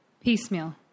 Piecemeal